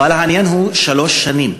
אבל העניין הוא שלוש שנים,